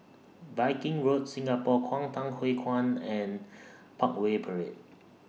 Viking Road Singapore Kwangtung Hui Kuan and Parkway Parade